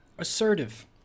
assertive